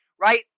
right